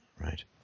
right